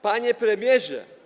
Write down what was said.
Panie Premierze!